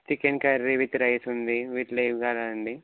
chicken curry with rice ఉంది వీటిలో ఏవి కావాలి అండి